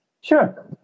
Sure